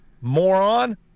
moron